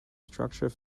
structure